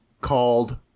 called